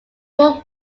rule